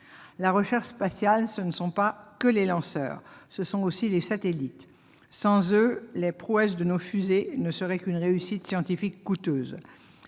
La recherche spatiale, ce ne sont pas que les lanceurs, ce sont aussi les satellites. Sans eux, les prouesses de nos fusées ne seraient qu'une réussite scientifique coûteuse.